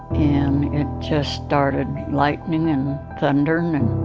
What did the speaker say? and it just started lightning and thunderin',